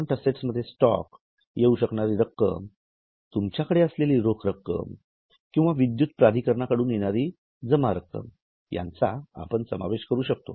current assets मध्ये stock येऊ शकणारी रक्कम तुमच्याकडे असलेली रोख रक्कम किंवा विदयुत प्राधिकरणाकडून येणारी जमा रक्कम यांचा आपण समावेश करू शकतो